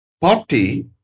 Party